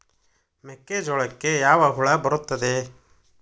ಮೆಕ್ಕೆಜೋಳಕ್ಕೆ ಯಾವ ಹುಳ ಬರುತ್ತದೆ?